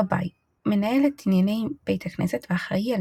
גבאי מנהל את ענייני בית הכנסת ואחראי על